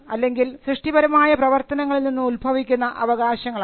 അല്ലെങ്കിൽ സൃഷ്ടിപരമായ പ്രവർത്തനങ്ങളിൽ നിന്നും ഉൽഭവിക്കുന്ന അവകാശങ്ങളാണ്